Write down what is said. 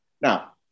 Now